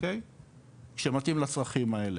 שמתאים לצרכים האלה,